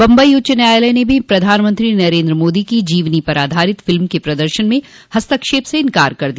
बम्बई उच्च न्यायालय ने भी प्रधानमंत्री नरेंद्र मोदी की जीवनी पर आधारित फिल्म के प्रदर्शन में हस्तक्षेप से इनकार कर दिया